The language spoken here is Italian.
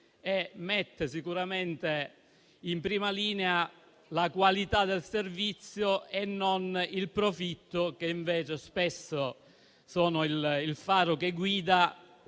e mettano sicuramente in prima linea la qualità del servizio e non il profitto, che spesso è invece il faro che guida